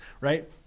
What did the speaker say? right